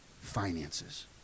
finances